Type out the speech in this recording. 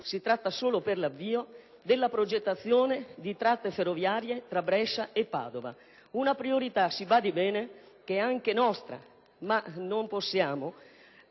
si tratta solo dell'avvio - della progettazione di tratte ferroviarie tra Brescia e Padova; una priorità, si badi bene, che è anche nostra, ma non possiamo